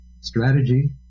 strategy